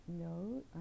no